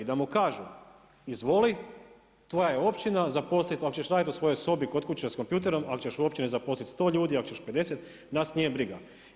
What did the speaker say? I da mu kažu, izvoli, tvoja je općina, zaposli, ako ćeš raditi u svojoj sobi kod kuće s kompjuterom, ako ćeš u općini zaposliti 100 ljudi, ako ćeš 50, nas nije briga.